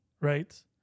Right